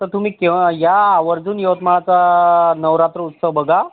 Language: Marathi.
तर तुम्ही केव्हा या आवर्जून यवतमाळचा नवरात्र उत्सव बघा